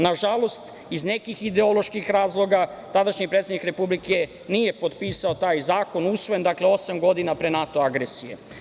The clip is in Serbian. Nažalost, iz nekih ideoloških razloga tadašnji predsednik Republike nije potpisao taj zakon koji je usvojen osam godine pre NATO agresije.